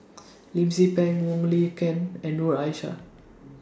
Lim Tze Peng Wong Lin Ken and Noor Aishah